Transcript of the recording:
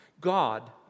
God